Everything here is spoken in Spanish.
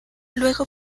luego